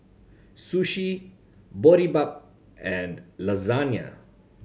Sushi Boribap and Lasagna